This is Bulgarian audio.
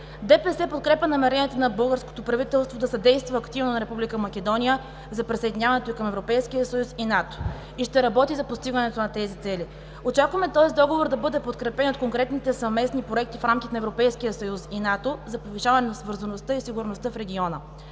подкрепя намеренията на българското правителство да съдейства активно на Република Македония за присъединяването й към Европейския съюз и НАТО и ще работи за постигането на тези цели. Очакваме този договор да бъде подкрепен от конкретните съвместни проекти в рамките на Европейския съюз и НАТО за повишаване на свързаността и сигурността в региона.